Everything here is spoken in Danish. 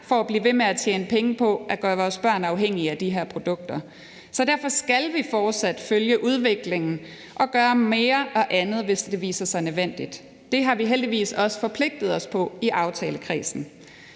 for at blive ved med at tjene penge på at gøre vores børn afhængige af de her produkter. Derfor skal vi fortsat følge udviklingen og gøre mere og andet, hvis det viser sig nødvendigt. Det har vi heldigvis også forpligtet os på i aftalekredsen.